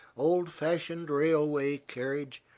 old-fashioned railway carriage,